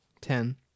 Ten